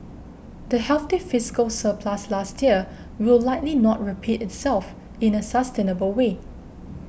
the healthy fiscal surplus last year will likely not repeat itself in a sustainable way